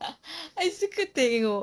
I suka tengok